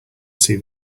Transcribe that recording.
see